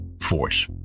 force